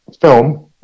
film